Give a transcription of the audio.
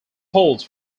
holds